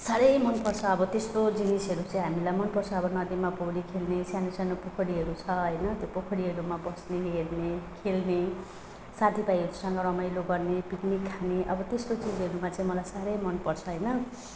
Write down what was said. साह्रै मनपर्छ अब त्यस्तो जिनिसहरू चाहिँ अब हामीलाई मनपर्छ अब नदीमा पौडी खेल्ने सानोसानो पोखरीहरू छ होइन त्यो पोखरीहरूमा बस्ने हेर्ने खेल्ने साथीभाइहरूसँग रमाइलो गर्ने पिक्निक खाने अब त्यस्तो चिजहरूमा चाहिँ मलाई साह्रै मनपर्छ होइन